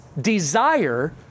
desire